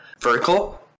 vertical